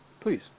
Please